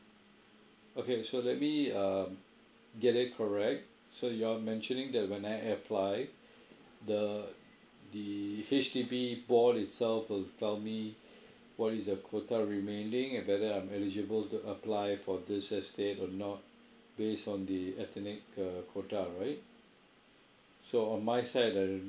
okay so let me um get that correct so you are mentioning that when I apply the the H_D_B board itself will tell me what is the quota remaining and whether I'm eligible to apply for this estate or not based on the ethnic uh quota right so on my side I don't